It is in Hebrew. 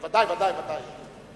ודאי, ודאי, ודאי.